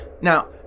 Now